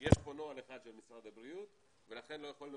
יש פה נוהל אחד של משרד הבריאות ולכן לא יכולנו